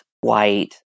white